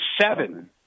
seven